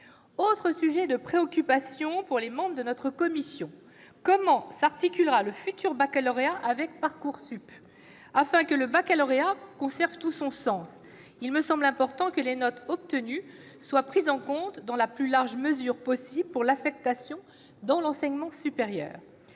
Autre sujet de préoccupation pour les membres de la commission : comment s'articulera le futur baccalauréat avec Parcoursup ? Afin que le baccalauréat conserve tout son sens, il me semble important que les notes obtenues soient prises en compte, dans la plus large mesure possible, dans l'affectation dans l'enseignement supérieur.